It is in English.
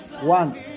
One